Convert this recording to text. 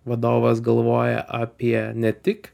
vadovas galvoja apie ne tik